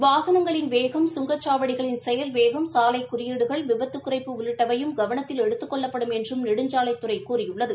வாகனங்களின் வேகம் சுங்கச்சாவடிகளின் செயல் வேகம் சாலை குறியீடுகள் விபத்து குறைப்பு உள்ளிட்டவையும் கவனத்தில் எடுத்துக் கொள்ளப்படும் என்றும் நெடுஞ்சாலைத்துறை கூறியுள்ளது